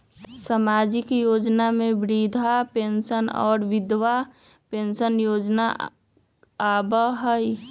सामाजिक योजना में वृद्धा पेंसन और विधवा पेंसन योजना आबह ई?